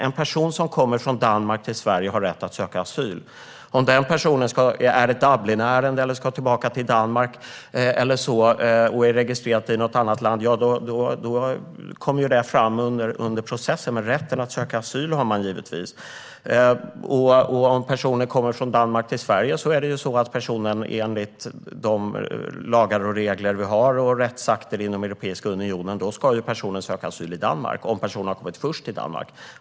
En person som kommer från Danmark till Sverige har rätt att söka asyl. Om den personen är ett Dublin-ärende, ska tillbaka till Danmark, är registrerad i något land och så vidare kommer detta fram under processen. Men rätten att söka asyl har man givetvis. Om en person kommer från Danmark till Sverige ska denna person, enligt de lagar och regler som vi har och enligt rättsakter inom Europeiska unionen, söka asyl i Danmark om han eller hon har kommit först till Danmark.